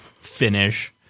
finish